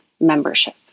membership